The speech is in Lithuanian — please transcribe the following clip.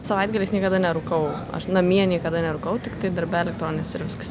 savaitgaliais niekada nerūkau aš namie niekada nerūkau tiktai darbe elektronines ir viskas